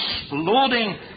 exploding